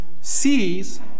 sees